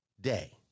day